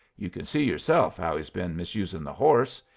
you can see yourself how he's been misusing the horse.